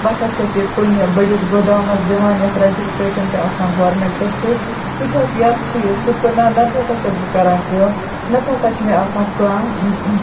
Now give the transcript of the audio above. بہٕ ہَسا چھَس یہِ کُنہِ بٔڑس گودامَس دِوان یتھ رَجِسٹریشَن چھِ آسان گورمنٹَس سۭتۍ سُہ تہِ حظ یا تہٕ چھِ یہِ سُہ کٕنان نَتہٕ ہَسا چھَس بہٕ کَران کٲم نہ تہٕ ہَسا چھُ مےٚ آسان کانٛہہ